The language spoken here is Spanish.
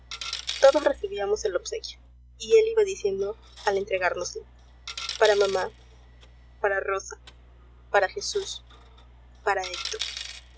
todos recibíamos el obsequio y él iba diciendo al entregárnoslo para mamá para rosa para jesús para héctor